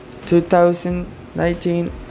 2019